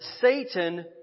Satan